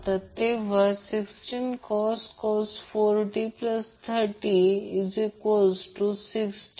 तर आणि यालाच रेजिस्टरची अवरेज पॉवर आणि कालावधी T किंवा 1f म्हणतात